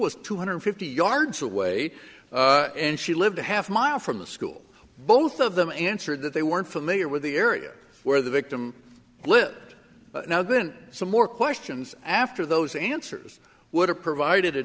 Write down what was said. was two hundred fifty yards away and she lived a half mile from the school both of them answered that they weren't familiar with the area where the victim lived now then some more questions after those answers would have provided a